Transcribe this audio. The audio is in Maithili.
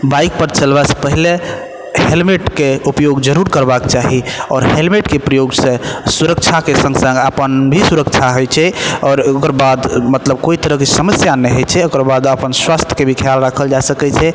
बाइक पर चलबै से पहले हेलमेटके उपयोग जरूर करबाके चाही आओर हेलमेटके प्रयोग से सुरक्षाके सङ्ग सङ्ग अपन भी सुरक्षा होइ छै आओर ओकरबाद मतलब कोइ तरहके समस्या नहि होइ छै ओकरबाद अपन स्वास्थ्यके भी खयाल राखल जा सकैत छै